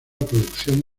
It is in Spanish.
producción